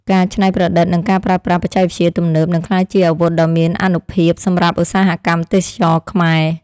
ការច្នៃប្រឌិតនិងការប្រើប្រាស់បច្ចេកវិទ្យាទំនើបនឹងក្លាយជាអាវុធដ៏មានអានុភាពសម្រាប់ឧស្សាហកម្មទេសចរណ៍ខ្មែរ។